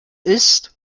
ist